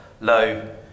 low